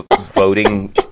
voting